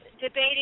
debating